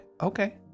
Okay